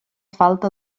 falta